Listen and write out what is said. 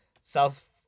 South